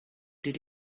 did